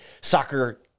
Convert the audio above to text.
Soccer